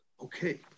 okay